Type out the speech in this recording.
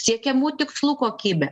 siekiamų tikslų kokybę